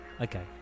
Okay